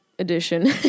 Edition